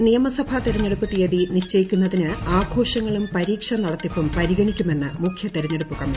കേരളത്തിൽ നിയമസഭാ ത്ത്രെഞ്ഞെടുപ്പ് തീയതി ന് നിശ്ചയിക്കുന്നതിന് ആഘോഷ്ടങ്ങളും പരീക്ഷാ നടത്തിപ്പും പരിഗണിക്കുമെന്ന് മുഖ്യൂ തെരഞ്ഞെടുപ്പ് കമ്മീഷൻ